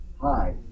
hi